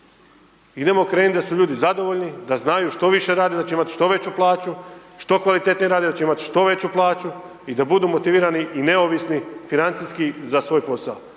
Idemo krenuti da su ljudi zadovoljni, da znaju što više radi da će imati što veću plaću, što kvalitetnije rade da će imati što veću plaću i da budu motivirani i neovisni financijski za svoj posao